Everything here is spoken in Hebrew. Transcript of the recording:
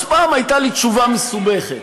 אז פעם הייתה לי תשובה מסובכת.